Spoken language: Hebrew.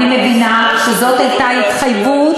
אני מבינה שזאת הייתה ההתחייבות,